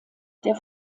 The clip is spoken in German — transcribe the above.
der